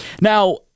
now